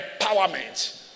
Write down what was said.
empowerment